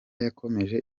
yakomeje